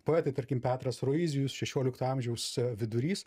poetai tarkim petras roizijus šešiolikto amžiaus vidurys